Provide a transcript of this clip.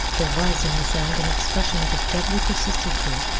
there was in the sound an expression of a deadly persistency,